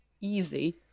easy